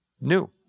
new